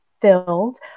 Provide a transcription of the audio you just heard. filled